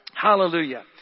Hallelujah